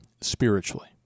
spiritually